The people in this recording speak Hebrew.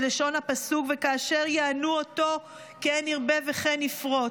לשון הפסוק "וכאשר יענו אֹתו כן ירבה וכן יפרֹץ".